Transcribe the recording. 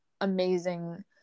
amazing